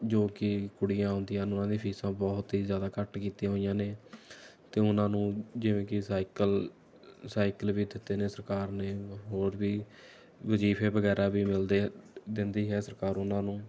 ਜੋ ਕਿ ਕੁੜੀਆਂ ਆਉਂਦੀਆਂ ਉਨ੍ਹਾਂ ਦੀਆਂ ਫੀਸਾਂ ਬਹੁਤ ਹੀ ਜ਼ਿਆਦਾ ਘੱਟ ਕੀਤੀਆਂ ਹੋਈਆਂ ਨੇ ਅਤੇ ਉਨ੍ਹਾਂ ਨੂੰ ਜਿਵੇਂ ਕਿ ਸਾਈਕਲ ਸਾਈਕਲ ਵੀ ਦਿੱਤੇ ਨੇ ਸਰਕਾਰ ਨੇ ਹੋਰ ਵੀ ਵਜ਼ੀਫੇ ਵਗੈਰਾ ਵੀ ਮਿਲਦੇ ਦਿੰਦੀ ਹੈ ਸਰਕਾਰ ਉਨ੍ਹਾਂ ਨੂੰ